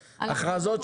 הכרזות.